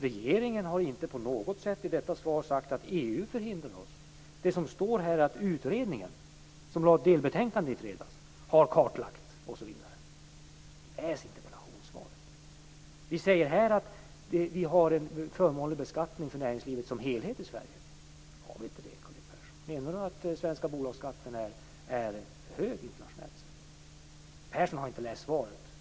Regeringen har i svaret inte på något sätt sagt att EU förhindrar oss. Det som står där att den utredning som i fredags lade fram ett delbetänkande har gjort en kartläggning osv. Läs interpellationssvaret! Vi säger att det i Sverige finns en förmånlig beskattning av näringslivet som helhet. Har vi inte det, Karl-Erik Persson? Menar Karl-Erik Persson att den svenska bolagsbeskattningen är hög internationellt sett? Persson har inte läst svaret.